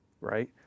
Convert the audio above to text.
right